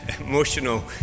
emotional